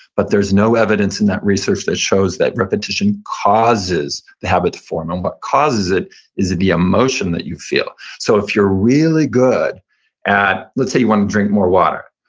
but there's no evidence in that research that shows that repetition causes the habit to form. um what causes it is the emotion that you feel. so if you're really good at, let's say you want to drink more water.